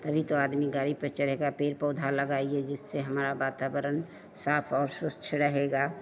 तभी तो आदमी गाड़ी पर चढ़ेगा पेड़ पौधा लगाइए जिससे हमारा वातावरण साफ और स्वच्छ रहेगा